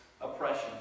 oppression